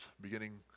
beginning